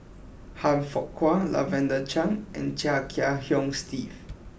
Han Fook Kwang Lavender Chang and Chia Kiah Hong Steve